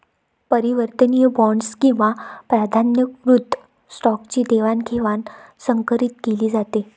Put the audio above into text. परिवर्तनीय बॉण्ड्स किंवा प्राधान्यकृत स्टॉकची देवाणघेवाण संकरीत केली जाते